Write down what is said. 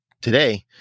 today